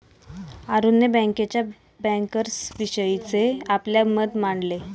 अरुणने बँकेच्या बँकर्सविषयीचे आपले मत मांडले